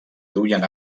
duien